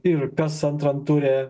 ir kas antram ture